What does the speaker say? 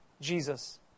Jesus